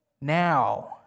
now